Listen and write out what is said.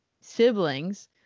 siblings